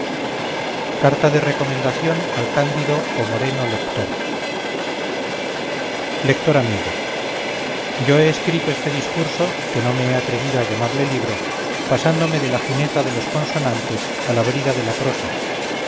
carta de recomendación al cándido o moreno lector lector amigo yo he escrito este discurso que no me he atrevido a llamarle libro pasándome de la jineta de los consonantes a la brida de la prosa